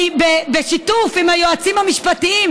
בשיתוף עם היועצים המשפטיים,